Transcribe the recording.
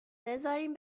بذارین